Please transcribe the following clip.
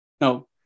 No